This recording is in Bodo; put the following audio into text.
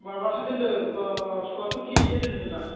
माबासो दोनदों सुवाथोर किजिसो दोनदोंदां